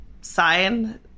sign